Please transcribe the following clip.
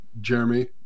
Jeremy